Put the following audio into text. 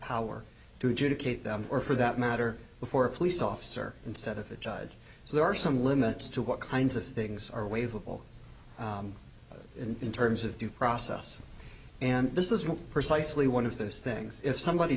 power to adjudicate them or for that matter before a police officer instead of a judge so there are some limits to what kinds of things are wave of all in terms of due process and this isn't precisely one of those things if somebody